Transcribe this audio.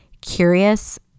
curious